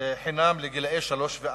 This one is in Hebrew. חינם לגילאי שלוש וארבע.